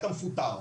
אתה מפוטר,